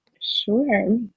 Sure